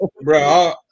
bro